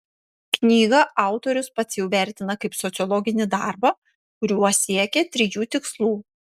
knygą autorius pats jau vertina kaip sociologinį darbą kuriuo siekė trijų tikslų